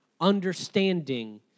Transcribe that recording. understanding